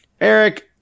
Eric